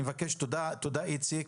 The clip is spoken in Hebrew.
תודה, איציק.